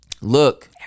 look